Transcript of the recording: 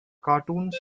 cartoons